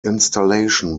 installation